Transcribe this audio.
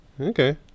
Okay